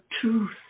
truth